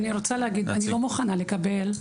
אני לא מוכנה לקבל,